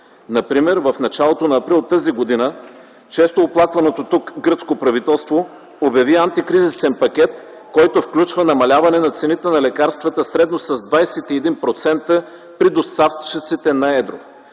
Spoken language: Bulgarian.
Например в началото на м. април т.г. често оплакваното тук гръцко правителство обяви антикризисен пакет, който включва намаляване на цените на лекарствата средно с 21% при доставчиците на едро.